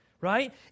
right